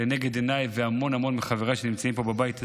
לנגד עיניי והמון המון מחבריי שנמצאים פה בבית הזה,